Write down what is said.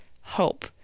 hope